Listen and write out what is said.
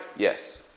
yes.